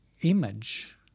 image